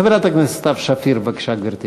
חברת הכנסת סתיו שפיר, בבקשה, גברתי.